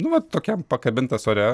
nu vat tokiam pakabintas ore